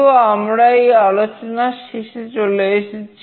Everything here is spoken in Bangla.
তো আমরা এই আলোচনার শেষে চলে এসেছি